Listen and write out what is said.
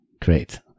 great